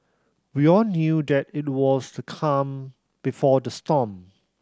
we all knew that it was the calm before the storm